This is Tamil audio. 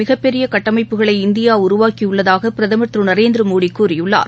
மிகப்பெரியகட்டமைப்புகளை இந்தியாஉருவாக்கியுள்ளதாகபிரதமர் திருநரேந்திரமோடிகூறியுள்ளார்